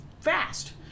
fast